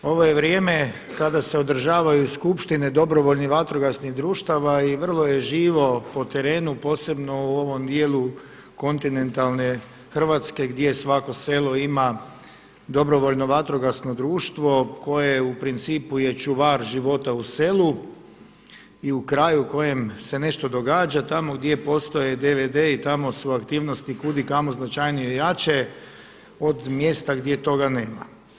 Ovo je vrijeme kada se održavaju skupštine dobrovoljnih vatrogasnih društava i vrlo je živo po terenu, posebno u ovom dijelu kontinentalne Hrvatske gdje svako selo ima dobrovoljno vatrogasno društvo koje je u principu čuvar života u selu i u kraju u kojem se nešto događa, tamo gdje postoje DVD-i tamo su aktivnosti kud i kamo značajnije jače od mjesta gdje toga nema.